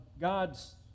God's